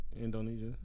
Indonesia